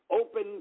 open